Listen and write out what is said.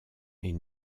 est